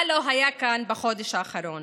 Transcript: מה לא היה כאן בחודש האחרון?